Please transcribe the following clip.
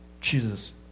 Jesus